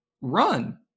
run